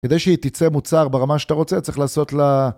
כדי שהיא תצא מוצר ברמה שאתה רוצה, צריך לעשות לה...